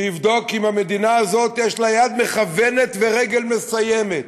שיבדוק אם למדינה הזאת יש יד מכוונת ורגל מסיימת.